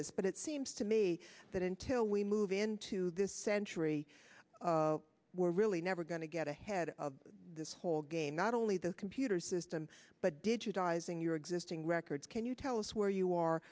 this but it seems to me that until we move into this century we're really never going to get ahead of this whole game not only the computer system but did you guys in your existing records can you tell us where you are